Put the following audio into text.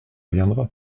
viendra